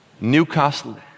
Newcastle